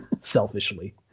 selfishly